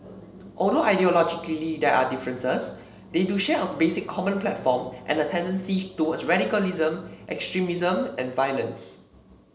although ideologically there are differences they do share a basic common platform and a tendency towards radicalism extremism and violence